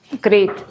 Great